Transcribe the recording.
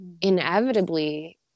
inevitably